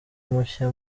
mushya